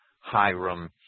Hiram